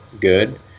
good